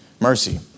mercy